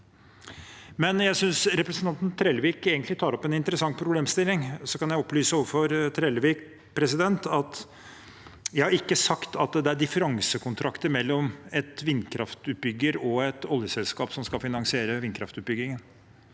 Jeg synes representanten Trellevik tar opp en interessant problemstilling, og jeg kan opplyse ham om at jeg ikke har sagt at det er differansekontrakter mellom en vindkraftutbygger og et oljeselskap som skal finansiere vindkraftutbyggingen.